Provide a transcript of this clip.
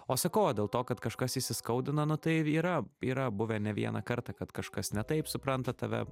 o sakau o dėl to kad kažkas įsiskaudina nu tai yra yra buvę ne vieną kartą kad kažkas ne taip supranta tave